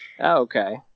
Okay